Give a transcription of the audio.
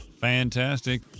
Fantastic